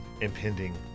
impending